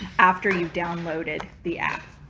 after you've downloaded the app.